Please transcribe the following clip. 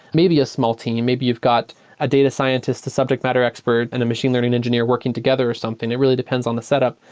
maybe a small team. maybe you've got a data scientist to subject matter expert and a machine learning engineer working together or something. it really depends on the setup.